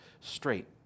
straight